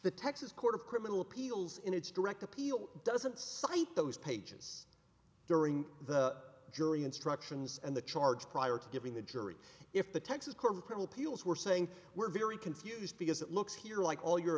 the texas court of criminal appeals in its direct appeal doesn't cite those pages during the jury instructions and the charge prior to giving the jury if the texas corporal peals were saying we're very confused because it looks here like all you